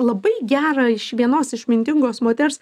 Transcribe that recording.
labai gerą iš vienos išmintingos moters